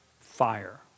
fire